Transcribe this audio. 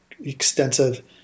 extensive